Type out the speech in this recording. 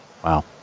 Wow